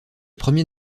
premier